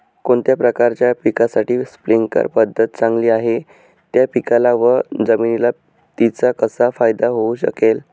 कोणत्या प्रकारच्या पिकासाठी स्प्रिंकल पद्धत चांगली आहे? त्या पिकाला व जमिनीला तिचा कसा फायदा होऊ शकेल?